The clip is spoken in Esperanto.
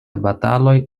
bataloj